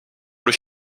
dans